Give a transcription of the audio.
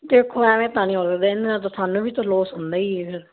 ਦੇਖੋ ਐਵੇਂ ਤਾਂ ਨਹੀਂ ਉਸ ਦਿਨ ਤੁਹਾਨੂੰ ਵੀ ਤਾਂ ਲੋਸ ਹੁੰਦਾ ਹੀ ਹੈ ਫਿਰ